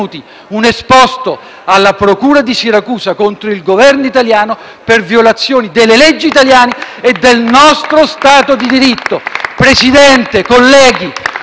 un esposto alla procura di Siracusa contro il Governo italiano per violazione delle leggi italiane *(Applausi dal Gruppo PD)*e del nostro Stato di diritto. Presidente, colleghi,